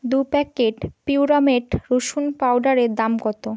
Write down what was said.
দু প্যাকেট পিউরামেট রসুন পাউডারের দাম কত